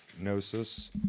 gnosis